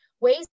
ways